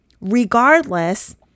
Regardless